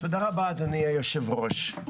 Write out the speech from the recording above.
תודה רבה אדוני יושב הראש.